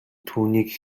түүнийг